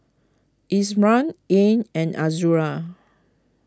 Imran Ain and Azura